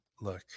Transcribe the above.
look